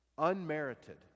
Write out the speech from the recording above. unmerited